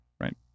right